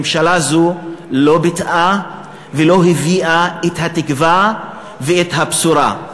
ממשלה זו לא ביטאה ולא הביאה את התקווה ואת הבשורה.